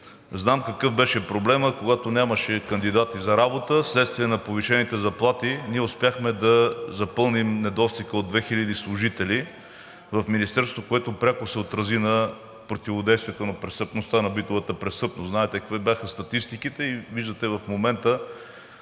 Знам какъв беше проблемът, когато нямаше кандидати за работа. Вследствие на повишените заплати ние успяхме да запълним недостига от 2000 служители в Министерството, което пряко се отрази на противодействието на престъпността, на битовата престъпност. Знаете какви бяха статистиките и виждате в момента